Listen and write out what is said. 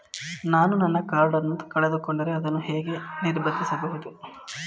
ನಾನು ನನ್ನ ಕಾರ್ಡ್ ಅನ್ನು ಕಳೆದುಕೊಂಡರೆ ಅದನ್ನು ಹೇಗೆ ನಿರ್ಬಂಧಿಸಬಹುದು?